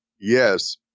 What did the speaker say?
Yes